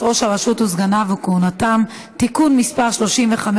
ראש הרשות וסגניו וכהונתם) (תיקון מס' 35),